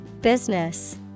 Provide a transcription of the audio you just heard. Business